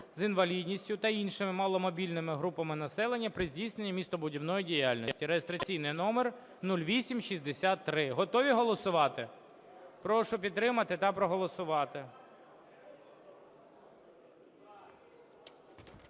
з інвалідністю та інших маломобільних груп населення при здійсненні містобудівної діяльності) (реєстраційний номер 0863) Готові голосувати? Прошу підтримати та проголосувати.